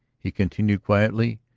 he continued quietly,